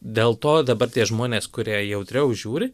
dėl to dabar tie žmonės kurie jautriau žiūri